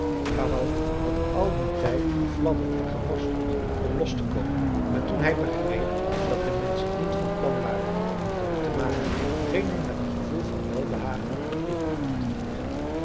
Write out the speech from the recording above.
jarro had al dien tijd gefladderd en geworsteld om los te komen maar toen hij begreep dat de menschen niet van plan waren hem dood te maken ging hij met een gevoel van welbehagen in de mand liggen